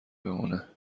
بمانه